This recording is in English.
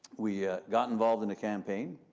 we got involved in the campaign,